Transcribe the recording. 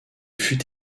fut